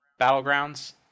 battlegrounds